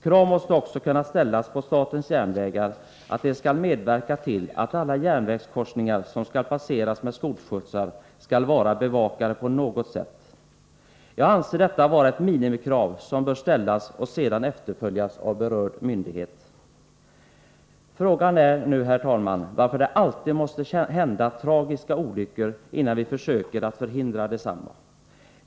Krav måste också kunna ställas på att statens järnvägar medverkar till att alla järnvägskorsningar som skall passeras med skolskjutsar är bevakade på något sätt. Jag anser detta vara ett minimikrav, som bör ställas och sedan uppfyllas av berörd myndighet. Frågan är nu, herr talman, varför det alltid måste hända tragiska olyckor innan vi försöker förhindra desamma.